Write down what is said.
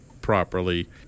properly